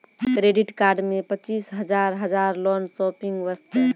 Credit card मे पचीस हजार हजार लोन शॉपिंग वस्ते?